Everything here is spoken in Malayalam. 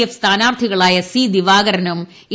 എഫ് സ്ഥാനാർത്ഥികളായ സീ്ദിവാകരനും എ